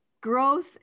growth